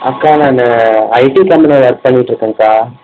அக்கா நான் ஐடி கம்பெனியில ஒர்க் பண்ணிட்டு இருக்கேன்க்கா